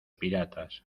piratas